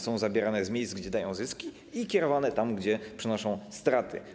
Są zabierane z miejsc, gdzie dają zyski, i kierowane tam, gdzie przynoszą straty.